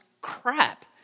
crap